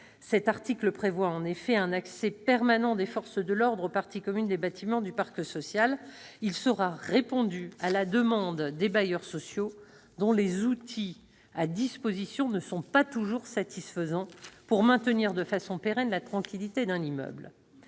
Cet article prévoit en effet un accès permanent des forces de l'ordre aux parties communes des bâtiments du parc social ; il sera répondu à la demande des bailleurs sociaux, car les outils mis à leur disposition ne sont pas toujours satisfaisants pour maintenir de façon pérenne la tranquillité d'un immeuble.